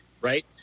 right